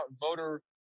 voter